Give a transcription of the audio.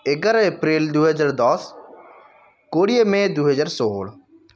ଏଗାର ଏପ୍ରିଲ ଦୁଇ ହଜାର ଦଶ କୋଡ଼ିଏ ମେ ଦୁଇ ହଜାର ଷୋହଳ